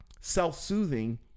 self-soothing